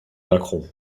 macron